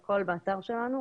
הכול באתר שלנו.